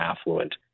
affluent